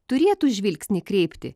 turėtų žvilgsnį kreipti